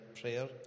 prayer